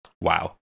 Wow